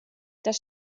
das